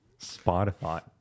Spotify